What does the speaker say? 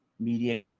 media